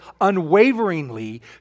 unwaveringly